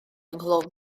ynghlwm